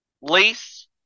Lace